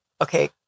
Okay